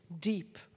deep